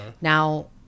Now